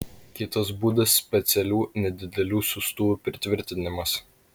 kitas būdas specialių nedidelių siųstuvų pritvirtinimas